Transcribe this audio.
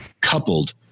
coupled